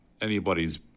anybody's